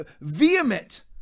vehement